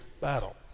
battle